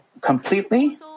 completely